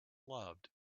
loved